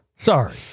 Sorry